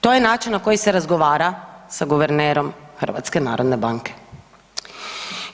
To je način na koji se razgovara sa guvernerom HNB-a?